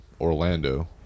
Orlando